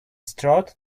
strode